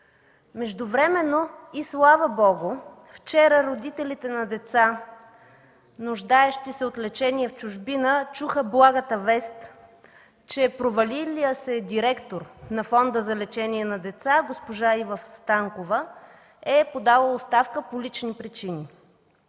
Междувременно, и слава Богу, вчера родителите на деца, нуждаещи се от лечение в чужбина, чуха благата вест, че провалилият се директор на Фонда за лечение на деца госпожа Ива Станкова е подала оставка по лични причини.